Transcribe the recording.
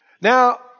Now